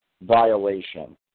violation